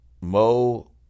Mo